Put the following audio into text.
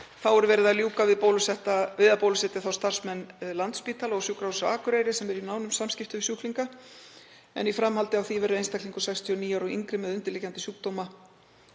Þá er verið að ljúka við að bólusetja þá starfsmenn Landspítala og Sjúkrahússins á Akureyri sem eru í nánum samskiptum við sjúklinga. Í framhaldi af því verður einstaklingum 69 ára og yngri með undirliggjandi sjúkdóma